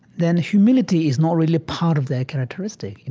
then humility is not really a part of their characteristic.